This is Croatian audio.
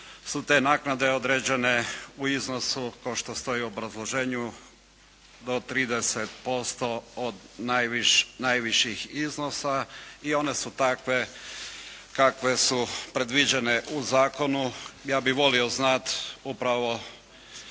su te naknade određene u iznosu kao što stoji u obrazloženju do 30% od najviših iznosa i one su takve kakve su predviđene u zakonu. Ja bih volio znati upravo